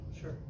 sure